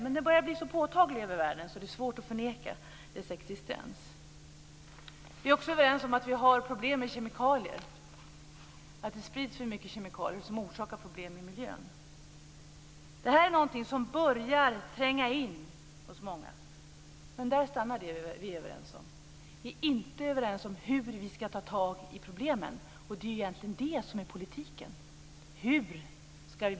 Den börjar dock bli så påtaglig över världen att det är svårt att förneka dess existens. Vi är också överens om att vi har problem med kemikalier, att det sprids för mycket kemikalier, något som orsakar problem i miljön. Det är något som börjar tränga in hos många. Men där stannar det vi är överens om. Vi är inte överens om hur vi ska ta tag i problemen, och det är egentligen det som är politiken.